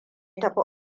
tafi